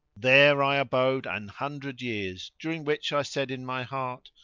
there i abode an hundred years, during which i said in my heart,